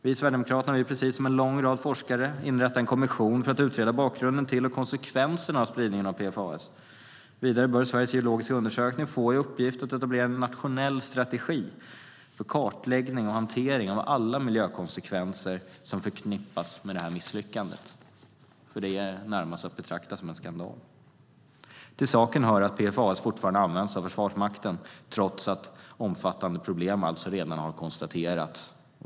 Vi i Sverigedemokraterna vill precis som en lång rad forskare inrätta en kommission för att utreda bakgrunden till och konsekvenserna av spridningen av PFAS. Vidare bör Sveriges geologiska undersökning få i uppgift att etablera en nationell strategi för kartläggning och hantering av alla miljökonsekvenser som förknippas med detta misslyckande, som närmast är att betrakta som en skandal. Till saken hör att PFAS fortfarande används av Försvarsmakten, trots att omfattande problem alltså redan har konstaterats.